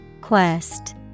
Quest